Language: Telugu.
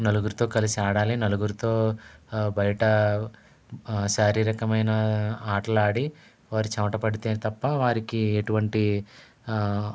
నలుగురితో కలిసి ఆడాలి నలుగురితో బయట శారీరకమైన ఆట్లాడి వారు చెమట పడితే తప్పా వారికి ఎటువంటి